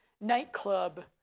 nightclub